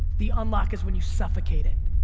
the unlock is when you suffocate it.